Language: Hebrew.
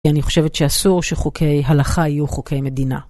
כי אני חושבת שאסור שחוקי הלכה יהיו חוקי מדינה.